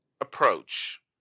approach